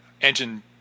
engine